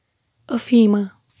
أفیٖما